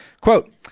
Quote